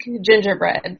gingerbread